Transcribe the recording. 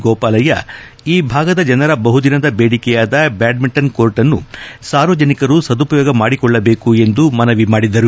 ಗೋಪಾಲಯ್ಯ ಈ ಭಾಗದ ಜನರ ಬಹುದಿನದ ಬೇಡಿಕೆಯಾದ ಬ್ಯಾಡ್ಮಿಂಟನ್ ಕೋರ್ಟ್ನ್ನು ಸಾರ್ವಜನಿಕರು ಸದುಪಯೋಗ ಮಾಡಿಕೊಳ್ಳಬೇಕು ಎಂದು ಮನವಿ ಮಾಡಿದರು